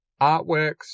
artworks